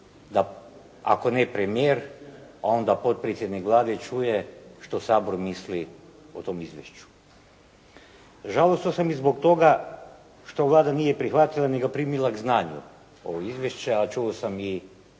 ako ne premijer onda potpredsjednik Vlade čuje što Sabor misli o tome izvješću. Žalostan sam i zbog toga što Vlada nije prihvatila nego primila k znanju ovo izvješće a čuo sam